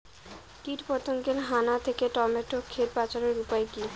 কীটপতঙ্গের হানা থেকে টমেটো ক্ষেত বাঁচানোর উপায় কি?